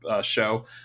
show